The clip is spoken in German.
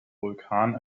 vulkan